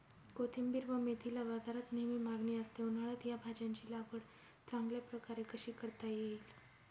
कोथिंबिर व मेथीला बाजारात नेहमी मागणी असते, उन्हाळ्यात या भाज्यांची लागवड चांगल्या प्रकारे कशी करता येईल?